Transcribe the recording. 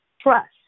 Trust